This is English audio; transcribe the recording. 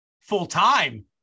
full-time